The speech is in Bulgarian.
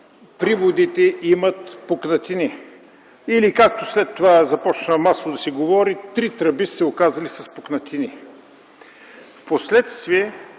приводите имат пукнатини. Или, както след това започна масово да се говори – три тръби са се оказали с пукнатини. Впоследствие